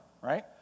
right